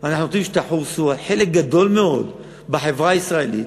אבל אנחנו רוצים שתחוסו על חלק גדול מאוד בחברה הישראלית,